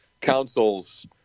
Council's